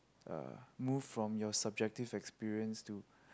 uh move from your subjective experience to